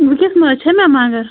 وُنکٮ۪س نہَ حظ چھِنہٕ مگر